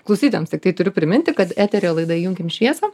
klausytojams tiktai turiu priminti kad eteryje laida įjunkim šviesą